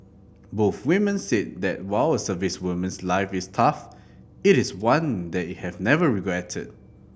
both women said that while a servicewoman's life is tough it is one they have never regretted